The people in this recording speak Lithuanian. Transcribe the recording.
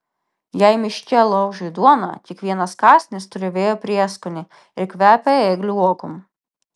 jei miške laužai duoną kiekvienas kąsnis turi vėjo prieskonį ir kvepia ėglių uogom